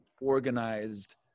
organized